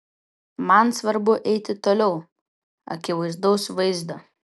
man svarbu eiti toliau akivaizdaus vaizdo